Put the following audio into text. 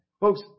folks